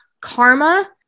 karma